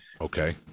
Okay